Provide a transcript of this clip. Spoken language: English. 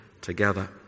together